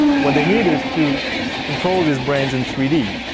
what they need is to control these brains in three d.